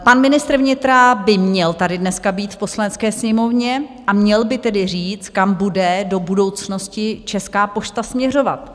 Pan ministr vnitra by měl tady dneska být v Poslanecké sněmovně a měl by tedy říct, kam bude do budoucnosti Česká pošta směřovat.